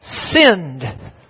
sinned